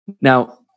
Now